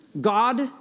God